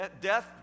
death